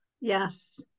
Yes